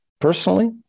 personally